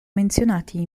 menzionati